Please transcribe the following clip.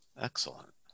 Excellent